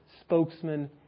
spokesman